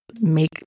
make